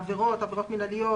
עבירות מנהליות,